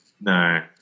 No